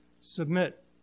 Submit